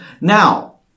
Now